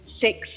six